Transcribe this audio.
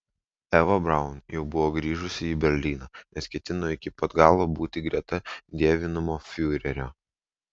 eva braun jau buvo grįžusi į berlyną nes ketino iki pat galo būti greta dievinamo fiurerio